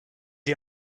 est